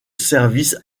service